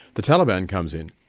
the taliban comes in,